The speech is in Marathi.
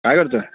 काय करत आहे